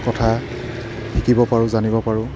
কথা শিকিব পাৰোঁ জানিব পাৰোঁ